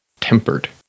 tempered